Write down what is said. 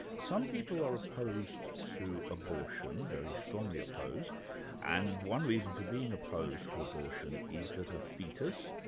some people are opposed to abortion, very strongly opposed and one reason for being opposed to abortion is that a foetus,